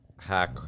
hack